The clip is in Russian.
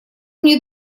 мне